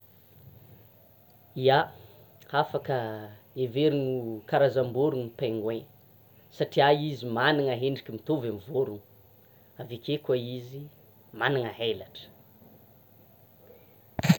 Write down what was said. Ia! Hafaka heverina ho karazam-borona i pingouins, satria izy manana hendrika mitovy amin'ny vôrono, aveke koa izy, manana helatra.